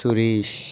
Suresh